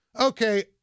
okay